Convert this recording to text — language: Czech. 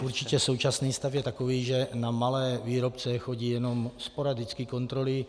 Určitě současný stav je takový, že na malé výrobce chodí jenom sporadicky kontroly.